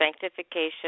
sanctification